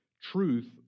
truth